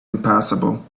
impassable